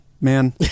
Man